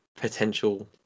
potential